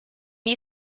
you